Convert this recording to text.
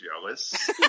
jealous